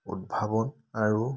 উদ্ভাৱন আৰু